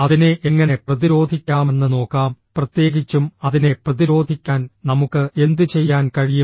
അതിനെ എങ്ങനെ പ്രതിരോധിക്കാമെന്ന് നോക്കാം പ്രത്യേകിച്ചും അതിനെ പ്രതിരോധിക്കാൻ നമുക്ക് എന്തുചെയ്യാൻ കഴിയും